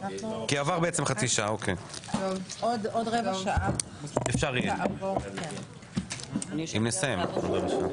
הצבעה בעד, 4 נגד, 9 נמנעים,